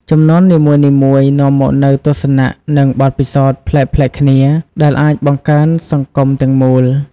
ជំនាន់នីមួយៗនាំមកនូវទស្សនៈ និងបទពិសោធន៍ប្លែកៗគ្នាដែលអាចបង្កើនសង្គមទាំងមូល។